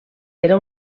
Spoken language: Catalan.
era